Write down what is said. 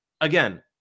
again